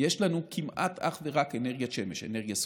יש לנו כמעט אך ורק אנרגיית שמש, אנרגיה סולרית.